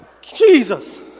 Jesus